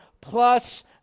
plus